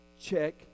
Check